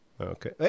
Okay